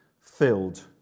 filled